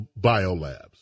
biolabs